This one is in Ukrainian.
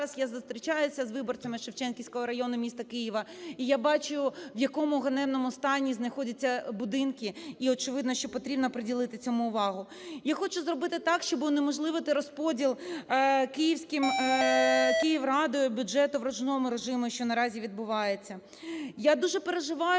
я зустрічаюся з виборцями Шевченківського району міста Києва і я бачу, в якому ганебному стані знаходяться будинки, і, очевидно, що потрібно приділити цьому увагу. Я хочу зробити так, щоби унеможливити розподіл Київрадою бюджету в ручному режимі, що наразі відбувається.